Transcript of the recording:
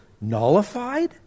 nullified